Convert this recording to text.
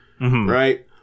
Right